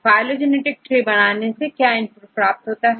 तो phylogenetic tree बनाने से क्या इनपुट प्राप्त होगा